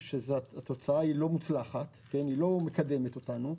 חושבים שהתוצאה היא לא מוצלחת והיא לא מקדמת אותנו,